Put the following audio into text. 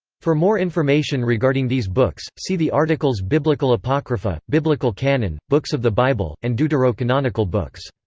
for more information regarding these books, see the articles biblical apocrypha, biblical canon, books of the bible, and deuterocanonical books.